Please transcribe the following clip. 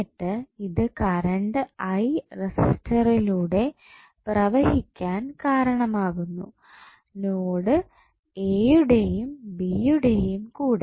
എന്നിട്ട് ഇത് current I റസിസ്റ്ററിലൂടെ പ്രവഹിക്കാൻ കാരണമാകുന്നു നോഡ് എ യുടെയും ബിയുടെയും കൂടെ